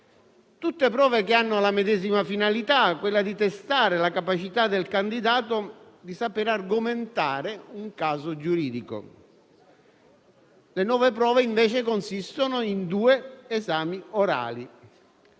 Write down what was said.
tutte prove che hanno la medesima finalità, quella di testare la capacità del candidato di saper argomentare un caso giuridico. Le nuove prove, invece, consistono in due esami orali.